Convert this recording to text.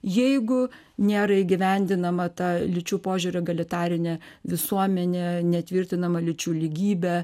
jeigu nėra įgyvendinama tą lyčių požiūriu egalitarinė visuomenę netvirtinamą lyčių lygybę